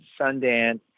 Sundance